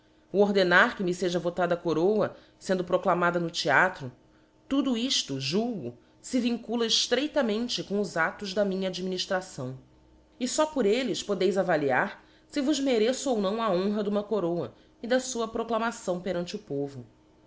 o ordenar que me feja votada a coroa fendo proclamada no theatro tudo ifto julgo fe vincula eftreitamente com os ados da minha adminiftração e fó por elles podeis avaliar fe vos mereço ou não a honra duma coroa e da fua proclamação perante o povo